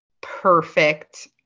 perfect